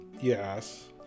yes